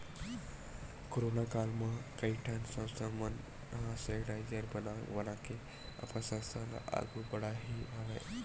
corona काल म कइ ठन संस्था मन ह सेनिटाइजर बना बनाके अपन संस्था ल आघु बड़हाय हवय